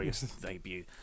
debut